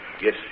Yes